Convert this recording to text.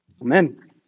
amen